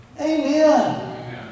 Amen